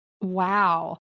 Wow